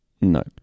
No